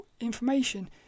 information